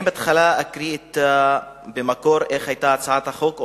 בהתחלה אני אקריא מה היתה במקור הצעת החוק,